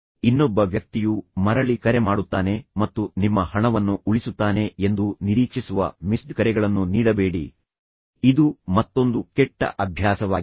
ಇನ್ನೊಬ್ಬ ವ್ಯಕ್ತಿಯು ಮರಳಿ ಕರೆ ಮಾಡುತ್ತಾನೆ ಮತ್ತು ನಿಮ್ಮ ಹಣವನ್ನು ಉಳಿಸುತ್ತಾನೆ ಎಂದು ನಿರೀಕ್ಷಿಸುವ ಮಿಸ್ಡ್ ಕರೆಗಳನ್ನು ನೀಡಬೇಡಿ ಇದು ಮತ್ತೊಂದು ಕೆಟ್ಟ ಅಭ್ಯಾಸವಾಗಿದೆ